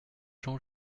jean